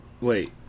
Wait